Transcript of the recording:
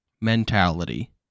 mentality